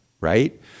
right